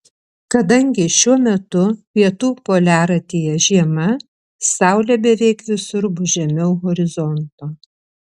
kadangi šiuo metu pietų poliaratyje žiema saulė beveik visur bus žemiau horizonto